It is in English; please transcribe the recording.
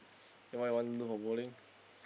then why you want do for bowling